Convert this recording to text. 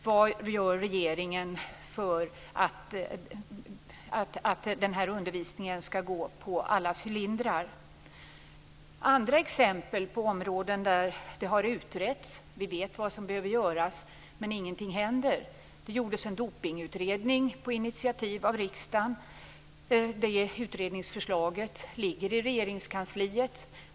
Vad gör regeringen för att den här undervisningen skall gå på alla cylindrar? Jag har några andra exempel på områden där det har utretts och där vi vet vad som behöver göras men ingenting händer. Det gjordes en dopningsutredning på initiativ av riksdagen. Det utredningsförslaget ligger i Regeringskansliet.